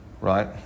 Right